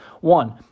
One